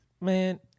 man